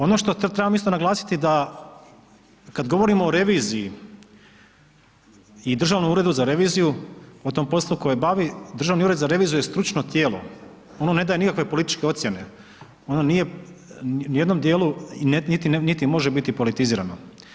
Ono što trebam isto naglasiti da kada govorimo o reviziji i Državnom uredu za reviziju o tom poslu koji bavi, Državni ured za reviziju je stručno tijelo, ono ne daje nikakve političke ocjene, ono nije ni u jednom dijelu niti može biti politizirano.